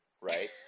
right